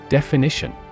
Definition